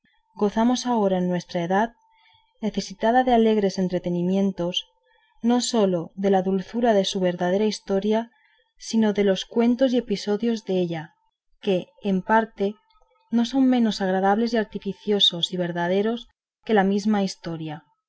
gozamos ahora en esta nuestra edad necesitada de alegres entretenimientos no sólo de la dulzura de su verdadera historia sino de los cuentos y episodios della que en parte no son menos agradables y artificiosos y verdaderos que la misma historia